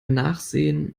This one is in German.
nachsehen